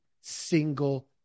single